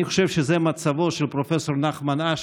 אני חושב שזה מצבו של פרופ' נחמן אש.